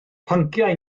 pynciau